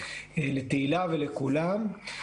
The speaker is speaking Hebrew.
לתהלה ולכולם.